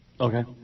Okay